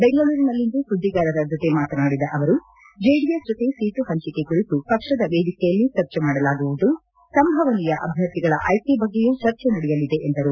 ಬೆಂಗಳೂರಿನಲ್ಲಿಂದು ಸುದ್ದಿಗಾರರ ಜೊತೆ ಮಾತನಾಡಿ ಅವರು ಜೆಡಿಎಸ್ ಜೊತೆ ಸೀಟು ಹಂಚಿಕೆ ಕುರಿತು ಪಕ್ಷದ ವೇದಿಕೆಯಲ್ಲಿ ಚರ್ಚೆ ಮಾಡಲಾಗುವುದು ಸಂಭವನೀಯ ಅಭ್ಯರ್ಥಿಗಳ ಆಯ್ಕೆ ಬಗ್ಗೆಯೂ ಚರ್ಚೆ ನಡೆಯಲಿದೆ ಎಂದರು